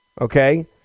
okay